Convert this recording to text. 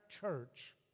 church